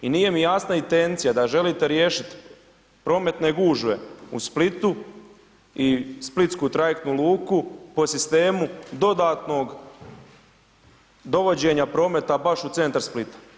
I nije mi jasna intencija dda želite riješiti prometne gužve u Splitu i splitsku trajektnu luku po sistemu dodatnog dovođenja prometa baš u centar Splita.